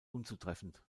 unzutreffend